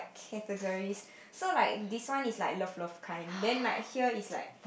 categories so like this one is like love love kind then like here is like